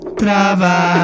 trava